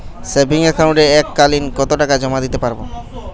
Savings একাউন্টে এক কালিন কতটাকা জমা দিতে পারব?